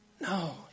no